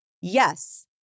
Yes